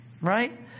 right